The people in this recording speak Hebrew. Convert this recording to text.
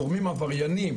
גורמים עברייניים,